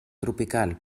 tropical